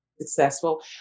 successful